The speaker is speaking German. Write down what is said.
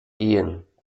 ehen